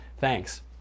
Thanks